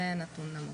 תודה רבה.